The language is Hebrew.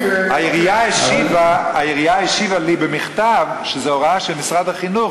העירייה השיבה לי במכתב שזו הוראה של משרד החינוך